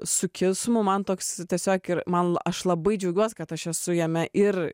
su kismu man toks tiesiog ir man aš labai džiaugiuos kad aš esu jame ir